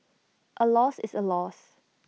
A loss is A loss